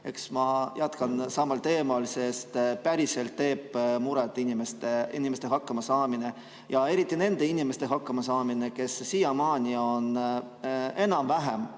Eks ma jätkan samal teemal, sest päriselt teeb muret inimeste hakkamasaamine ja eriti nende inimeste hakkamasaamine, kes siiamaani on enam-vähem